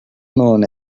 known